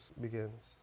begins